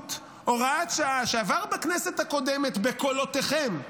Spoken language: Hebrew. האזרחות (הוראת שעה) שעבר בכנסת הקודמת בקולותיכם,